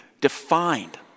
defined